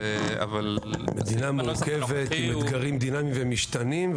מדינה מורכבת עם אתגרים דינמיים ומשתנים.